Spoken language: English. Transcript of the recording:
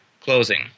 closing